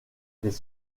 des